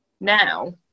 now